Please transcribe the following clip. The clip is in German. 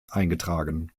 eingetragen